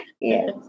Yes